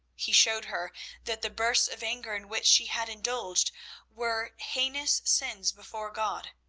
he showed her that the bursts of anger in which she had indulged were heinous sins before god,